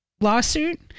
lawsuit